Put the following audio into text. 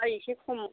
हा एसे खम